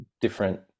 different